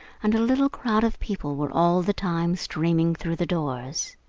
and a little crowd of people were all the time streaming through the doors.